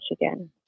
michigan